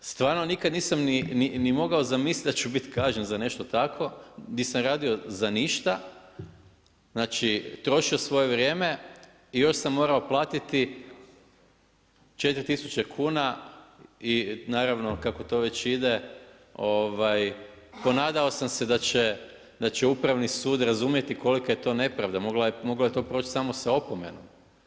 Stvarno nikad nisam ni mogao zamisliti da ću biti kažnjen za nešto tako gdje sam radio za ništa, znači, trošio svoje vrijeme i još sam morao platiti 4000 kuna i naravno kako to već ide, ponadao sam se da će upravni sud razumjeti kolika je to nepravda, moglo je to proći samo sa opomenom.